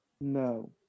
No